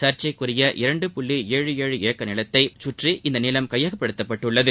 சர்ச்சைக்குரிய இரண்டு புள்ளி ஏழு ஏழு ஏக்கர் நிலத்தைச்சுற்றி இந்த நிலம் கையகப்படுத்தப்பட்டுள்ளது